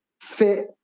fit